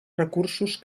recursos